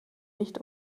nicht